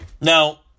Now